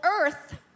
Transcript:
earth